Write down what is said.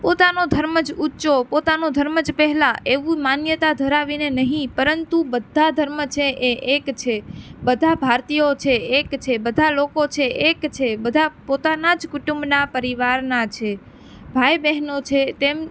પોતાનો ધર્મ જ ઊંચો પોતાનો ધર્મ જ પહેલાં એવું માન્યતા ધરાવીને નહીં પરંતુ બધા ધર્મ છે એ એક છે બધા ભારતીયો છે એક છે બધા લોકો છે એક છે બધા પોતાનાં જ કુટુંબના પરિવારના છે ભાઈ બહેનો છે તેમ